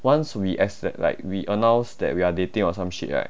once we like we announced that we are dating or some shit right